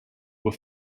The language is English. were